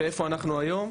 ואיפה אנחנו היום.